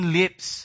lips